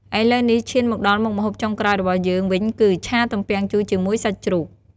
ឥឡូវនេះ ឈានមកដល់មុខម្ហូបចុងក្រោយរបស់យើងវិញគឺ ឆាទំពាំងជូរជាមួយសាច់ជ្រូក។